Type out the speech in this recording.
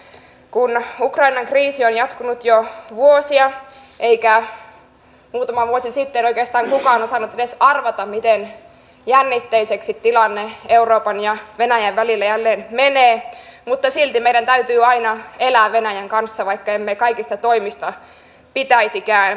kun ukrainan kriisi on jatkunut jo vuosia eikä muutama vuosi sitten oikeastaan kukaan osannut edes arvata miten jännitteiseksi tilanne euroopan ja venäjän välillä jälleen menee niin silti meidän täytyy aina elää venäjän kanssa vaikka emme kaikista toimista pitäisikään